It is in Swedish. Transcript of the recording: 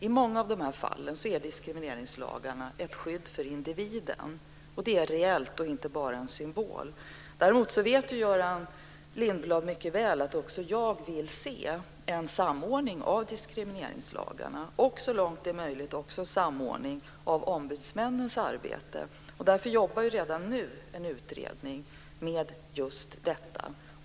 I många av de här fallen är diskrimineringslagarna ett skydd för individen. Det är reellt och inte bara en symbol. Däremot vet Göran Lindblad mycket väl att också jag vill se en samordning av diskrimineringslagarna och så långt det är möjligt också en samordning av ombudsmännens arbete. Därför jobbar redan nu en utredning med just detta.